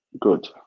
good